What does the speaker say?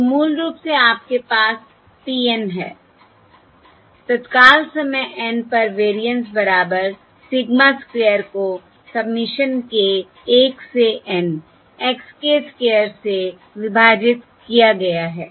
तो मूल रूप से आपके पास P N हैं तत्काल समय N पर वेरिएंस बराबर सिग्मा स्क्वायर को सबमिशन k 1 से N x k स्क्वायर से विभाजित किया गया है